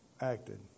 acted